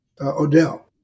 Odell